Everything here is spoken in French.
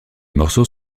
morceaux